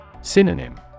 Synonym